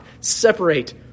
separate